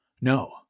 No